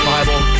Bible